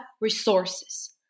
resources